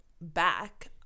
Back